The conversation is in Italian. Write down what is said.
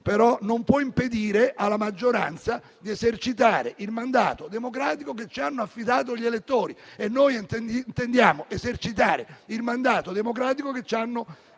ma non può impedire alla maggioranza di esercitare il mandato democratico che ci hanno affidato gli elettori. E noi intendiamo esercitare il mandato democratico che ci hanno affidato